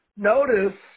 Notice